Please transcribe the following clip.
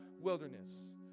wilderness